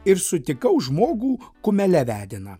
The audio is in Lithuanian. ir sutikau žmogų kumele vediną